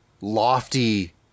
lofty